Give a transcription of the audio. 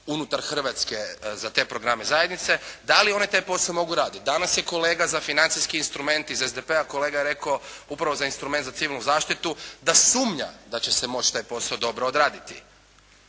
unutar Hrvatske za te programe zajednice, da li one taj posao mogu raditi. Danas je kolega za financijski instrument iz SDP-a, kolega rekao upravo za instrument za civilnu zaštitu da sumnja da će se moći taj posao dobro odraditi